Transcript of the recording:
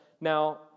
Now